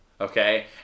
Okay